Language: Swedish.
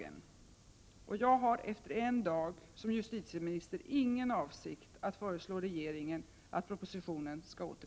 Min fr ga är därför: Avser justitieministern att terkalla förslaget till lag om företagshemligheter?